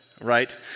right